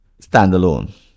standalone